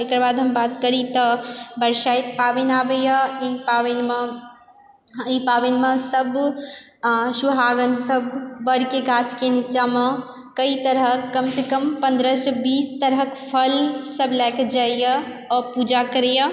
एकरबाद हम बात करि तऽ बरसाति पाबनि आबइए ई पाबनिमे ई पाबनिमे सब सुहागन सब बड़के गाछके निच्चामे कइ तरहक कमसँ कम पन्द्रहसँ बीस तरहक फल सब लएके जाइए आओर पूजा करइए